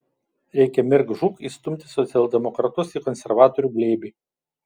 reikia mirk žūk įstumti socialdemokratus į konservatorių glėbį